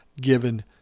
given